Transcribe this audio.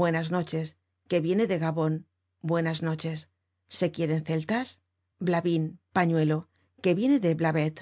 buenas noches que viene de gabon buenas noches se quieren celtas blavin pañuelo que viene de blavet